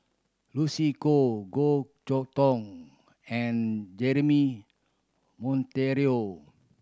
Lucy Koh Goh Chok Tong and Jeremy Monteiro